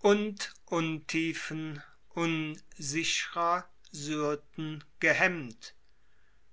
und untiefen unsichrer syrten gehemmt